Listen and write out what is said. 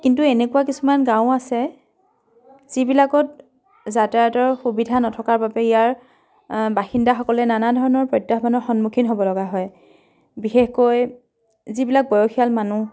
কিন্তু এনেকুৱা কিছুমান গাঁও আছে যিবিলাকত যাতায়াতৰ সুবিধা নথকাৰ বাবে ইয়াৰ বাসিন্দাসকলে নানা ধৰণৰ প্ৰত্যাহ্বানৰ সন্মুখীন হ'বলগা হয় বিশেষকৈ যিবিলাক বয়সীয়াল মানুহ